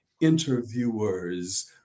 interviewers